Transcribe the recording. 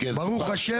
ברוך ה',